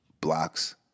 blocks